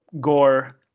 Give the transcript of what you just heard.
gore